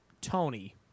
Tony